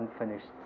unfinished